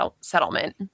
settlement